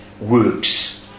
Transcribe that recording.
works